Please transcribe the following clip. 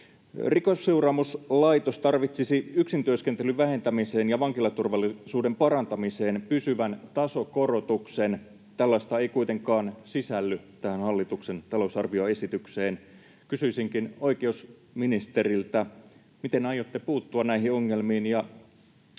Rikosseuraamuslaitos tarvitsisi yksin työskentelyn vähentämiseen ja vankilaturvallisuuden parantamiseen pysyvän tasokorotuksen. Tällaista ei kuitenkaan sisälly tähän hallituksen talousarvioesitykseen. Kysyisinkin oikeusministeriltä: miten aiotte puuttua näihin ongelmiin,